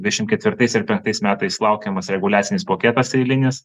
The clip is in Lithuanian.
dvidešimt ketvirtais ir penktais metais laukiamas reguliacinis poketas eilinis